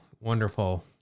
wonderful